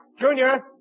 Junior